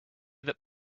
that